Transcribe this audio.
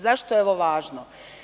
Zašto je ovo važno?